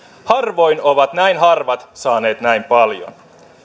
harvoin ovat näin harvat saaneet näin paljon